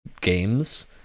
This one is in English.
games